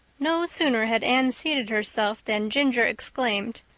no sooner had anne seated herself than ginger exclaimed,